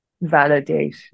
validate